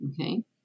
okay